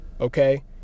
okay